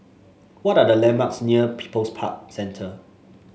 what are the landmarks near People's Park Centre